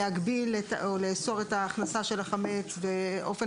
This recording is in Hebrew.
להגביל או לאסור את ההכנסה של החמץ באופן